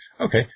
Okay